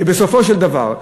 בסופו של דבר,